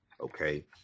Okay